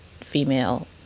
female